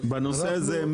בנושא הזה,